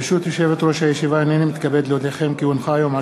חוק לתיקון פקודת המלט (מס' 2),